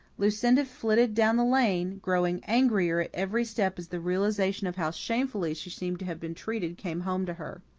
lucinda flitted down the lane, growing angrier at every step as the realization of how shamefully she seemed to have been treated came home to her.